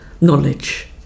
knowledge